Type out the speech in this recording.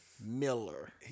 Miller